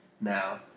Now